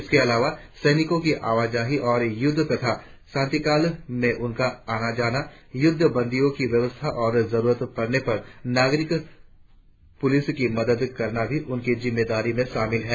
इसके अलावा सैनिको की आवाजाही और युद्ध तथा शांतिकाल में उनका आना जाना युद्ध बंदियो की व्यवस्था और जरुरत पड़ने पर नागरिक पुलिस की मदद करना भी उनकी जिम्मेदारियों में शामिल है